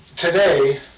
today